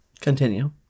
Continue